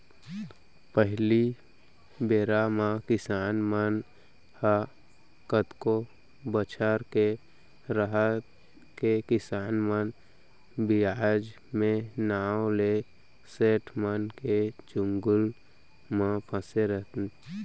पहिली बेरा म किसान मन ह कतको बछर के रहत ले किसान मन बियाज के नांव ले सेठ मन के चंगुल म फँसे रहयँ